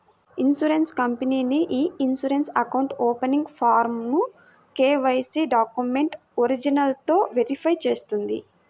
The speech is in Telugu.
insurance company e insurance account opening ఫారమ్ను కేవైసీ డాక్యుమెంట్ల ఒరిజినల్లతో వెరిఫై చేస్తుంది